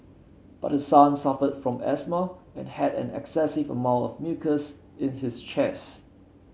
but her son suffered from asthma and had an excessive amount of mucus in his chest